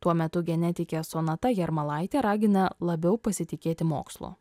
tuo metu genetikė sonata jarmalaitė ragina labiau pasitikėti mokslu